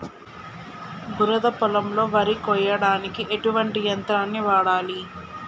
బురద పొలంలో వరి కొయ్యడానికి ఎటువంటి యంత్రాన్ని వాడాలి?